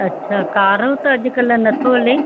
अच्छा कारो त अॼुकल्ह नथो हले